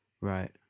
Right